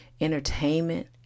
entertainment